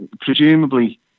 presumably